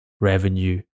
revenue